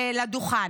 לדוכן.